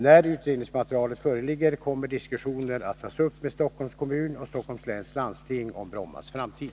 När utredningsmaterialet föreligger kommer diskussioner att tas upp med Stockholms kommun och Stockholms läns landsting om Brommas framtid.